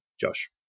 Josh